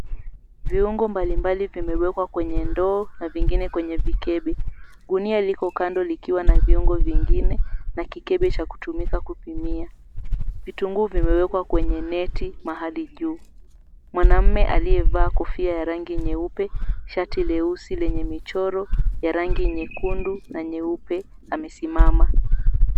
Viungo mbalimbali vimeekwa kwenye ndoo na vingine kwenye vikebe. Gunia liko kando likiwa na viungo vingine na kikebe cha kutumika kupimia. Vitunguu vimewekwa kwenye neti mahali juu. Mwanaume aliyevaa kofia ya rangi nyeupe, shati leusi lenye michoro ya rangi nyekundu na nyeupe amesimama.